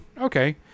okay